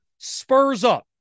SPURSUP